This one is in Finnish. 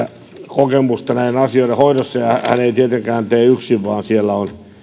kokemusta näiden asioiden hoidossa hän ei tietenkään tee tätä yksin vaan siellä on